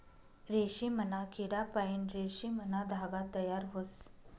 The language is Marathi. रेशीमना किडापाईन रेशीमना धागा तयार व्हस